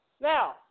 Now